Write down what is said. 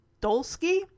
Dolsky